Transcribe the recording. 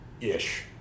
ish